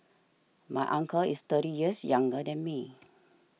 my uncle is thirty years younger than me